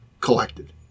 collected